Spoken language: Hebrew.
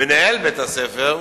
מנהל בית-הספר,